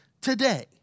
Today